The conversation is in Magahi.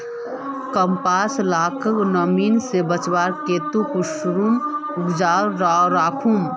कपास लाक नमी से बचवार केते कुंसम जोगोत राखुम?